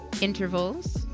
intervals